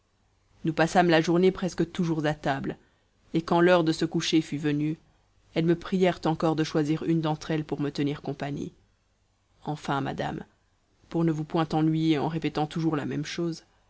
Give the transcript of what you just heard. nous passâmes la journée presque toujours à table et quand l'heure de se coucher fut venue elles me prièrent encore de choisir une d'entre elles pour me tenir compagnie enfin madame pour ne vous point ennuyer en répétant toujours la même chose